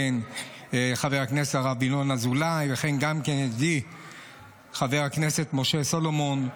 חבר הכנסת הרב ינון אזולאי וכן ידידי חבר הכנסת משה סולומון,